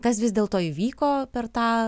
kas vis dėlto įvyko per tą